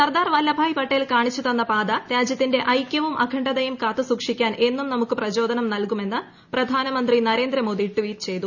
സർദാർ വല്ലഭായി പട്ടേൽ കാണിച്ചുതന്ന പാത രാജ്യത്തിന്റെ ഐക്യവും അഖണ്ഡതയും കാത്തുസൂക്ഷിക്കാൻ എന്നും നമുക്ക് പ്രചോദനം നൽകുമെന്ന് പ്രധാനമന്ത്രി നരേന്ദ്ര മോദി ട്വീറ്റ് ചെയ്തു